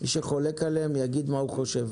מי שחולק עליהם, יגיד מה הוא חושב.